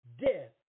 death